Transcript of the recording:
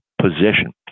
position